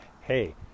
hey